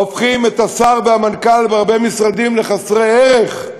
הופכים את השר והמנכ"ל בהרבה משרדים לחסרי ערך,